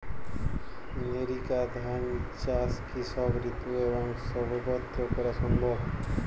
NERICA ধান চাষ কি সব ঋতু এবং সবত্র করা সম্ভব?